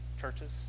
churches